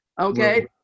Okay